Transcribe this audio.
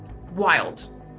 wild